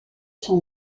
son